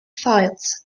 files